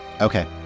okay